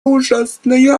ужасные